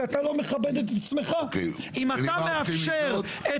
כי אתה לא מכבד את עצמך כי אתה מאפשר את